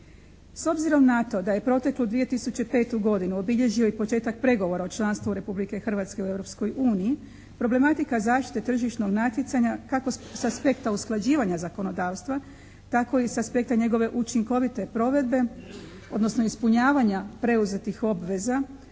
S obzirom na to da je proteklu 2005. godinu obilježio i početak pregovora o članstvu Republike Hrvatske u Europskoj uniji problematika zaštite tržišnog natjecanja kako s aspekta usklađivanja zakonodavstva tako i s aspekta njegove učinkovite provedbe, odnosno ispunjavanja preuzetih obveza